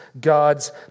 God's